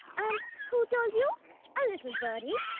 and who told you? a little birdie.